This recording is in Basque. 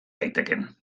daitekeen